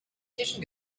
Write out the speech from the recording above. tischen